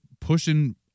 pushing